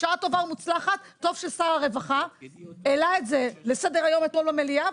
בשעה טובה ומוצלחת טוב ששר הרווחה העלה את זה לסדר היום אתמול במליאה,